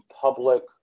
public